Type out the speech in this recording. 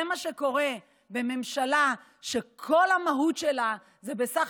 זה מה שקורה בממשלה שכל המהות שלה היא בסך